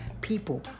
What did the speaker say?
people